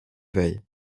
vieil